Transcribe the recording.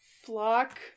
flock